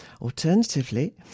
Alternatively